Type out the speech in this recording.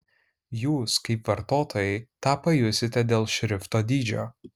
jūs kaip vartotojai tą pajusite dėl šrifto dydžio